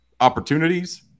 opportunities –